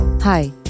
Hi